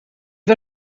war